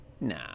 Nah